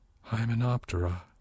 Hymenoptera